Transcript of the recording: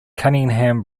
cunningham